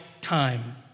time